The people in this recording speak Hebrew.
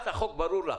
לך החוק ברור.